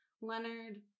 Leonard